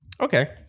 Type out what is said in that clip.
Okay